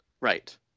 Right